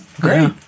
Great